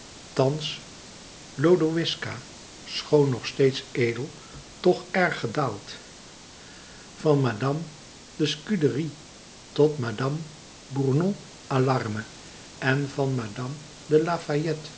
thans lodoïska schoon nog steeds edel toch erg gedaald van madame de scudéry tot madame bournon malarme en van madame de